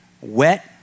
Wet